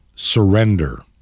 Surrender